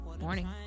Morning